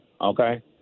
Okay